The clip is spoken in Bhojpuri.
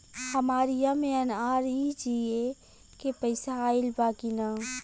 हमार एम.एन.आर.ई.जी.ए के पैसा आइल बा कि ना?